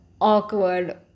awkward